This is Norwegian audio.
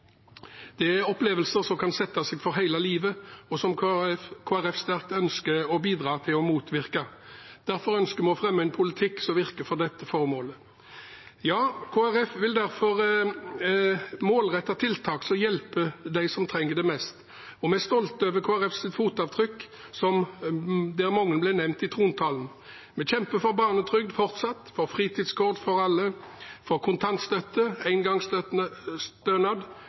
Det er opplevelser som kan sette seg for hele livet, og som Kristelig Folkeparti sterkt ønsker å bidra til å motvirke. Derfor ønsker vi å fremme en politikk som virker for dette formålet. Kristelig Folkeparti vil derfor målrette tiltak som hjelper de som trenger det mest. Vi er stolte over Kristelig Folkepartis fotavtrykk, mange ble nevnt i trontalen. Vi kjemper fortsatt for barnetrygden, for fritidskort for alle, for kontantstøtte,